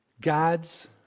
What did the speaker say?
God's